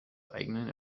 eigenen